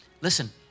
Listen